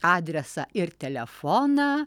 adresą ir telefoną